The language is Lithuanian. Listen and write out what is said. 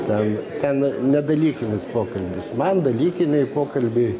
ten ten ne dalykinis pokalbis man dalykiniai pokalbiai